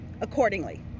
accordingly